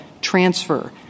transfer